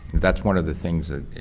that's one of the things that,